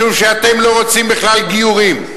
משום שאתם לא רוצים בכלל גיורים.